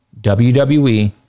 wwe